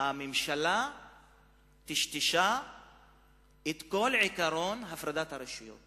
הממשלה טשטשה את כל עקרון הפרדת הרשויות